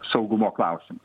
saugumo klausimus